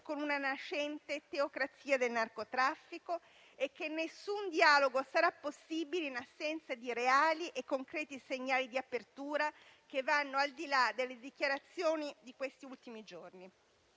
con una nascente teocrazia del narcotraffico e che nessun dialogo sarà possibile in assenza di reali e concreti segnali di apertura, che vadano al di là delle dichiarazioni di questi ultimi giorni.